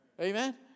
Amen